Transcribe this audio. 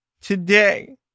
today